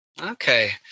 Okay